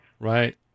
Right